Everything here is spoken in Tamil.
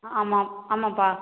ஆமாம் ஆமாப்பா